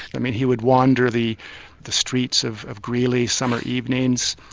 i mean he would wander the the streets of of greely summer evenings,